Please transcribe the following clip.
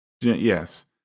Yes